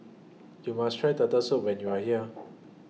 YOU must Try Turtle Soup when YOU Are here